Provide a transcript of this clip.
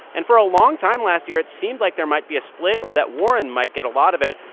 and for a long time last year, it seemed like there might be a split or that warren might get a lot of it.